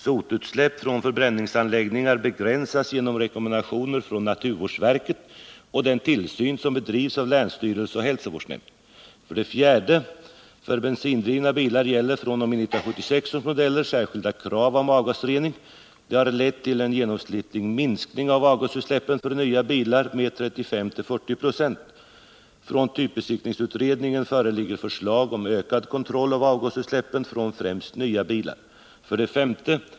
Sotutsläpp från förbränningsanläggningar begränsas genom rekommendationer från naturvårdsverket och den tillsyn som bedrivs av länsstyrelse och hälsovårdsnämnd. 4. För bensindrivna bilar finns fr.o.m. 1976 års modeller särskilda krav på avgasrening. Det har lett till en genomsnittlig minskning av avgasutsläppen från nya bilar med 35-40 96. Från typbesiktningsutredningen föreligger förslag om ökad kontroll av avgasutsläppen från främst nya bilar. 5.